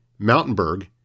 Mountainburg